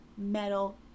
Metal